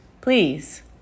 Please